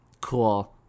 cool